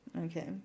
Okay